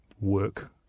work